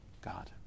God